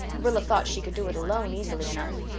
rilla thought she could do it alone easily enough,